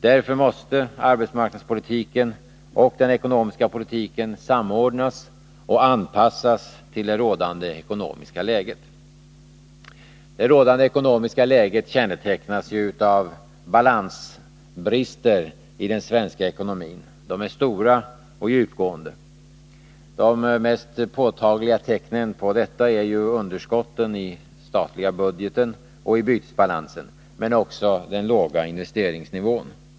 Därför måste arbetsmarknadspolitiken liksom den ekonomiska politiken samordnas och anpassas till det rådande ekonomiska läget, som ju kännetecknas av balansbrister i den svenska ekonomin. Balansbristerna är stora och djupgående. De mest påtagliga tecknen på detta är underskotten i statsbudgeten och i bytesbalansen men också den låga investeringsnivån.